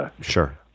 Sure